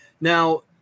Now